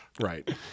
right